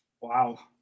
Wow